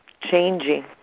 changing